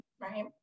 right